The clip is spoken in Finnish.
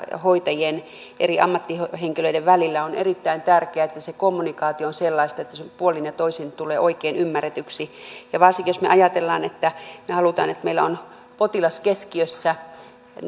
hoitajien eri ammattihenkilöiden välillä erittäin tärkeää että se kommunikaatio on sellaista että puolin ja toisin tulee oikein ymmärretyksi ja varsinkin jos me ajattelemme että me haluamme että meillä on potilas keskiössä